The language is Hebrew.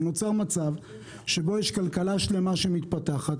ונוצר מצב שבו יש כלכלה שלמה שמתפתחת,